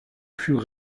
fut